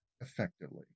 effectively